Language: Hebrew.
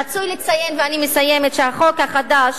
רצוי לציין, ואני מסיימת, שהחוק החדש